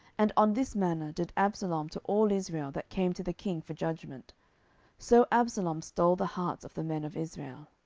and on this manner did absalom to all israel that came to the king for judgment so absalom stole the hearts of the men of israel.